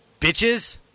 Bitches